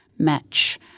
Match